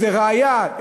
איזה ראיה,